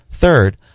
Third